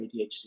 ADHD